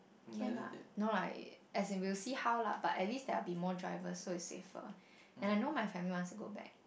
can lah no lah as in we will see how lah but at least there would be more driver so it will be safer and I know my family wants to go back